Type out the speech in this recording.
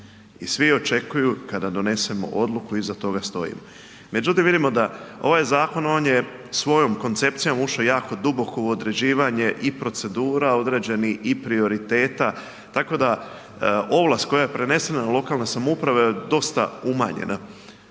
I svi očekuju kada donesemo odluku iza toga stoji. Međutim, vidimo da ovaj zakon on je svojom koncepcijom ušao jako duboko u određivanje i procedura određenih i prioriteta tako da ovlast koja je prenesena na lokalne samouprave dosta umanjena.